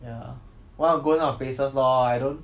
ya wanna go those kind of places lor I don't